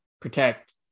protect